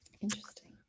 Interesting